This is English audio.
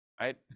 Right